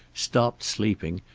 stopped sleeping,